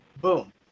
boom